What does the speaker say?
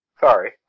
Sorry